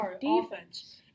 defense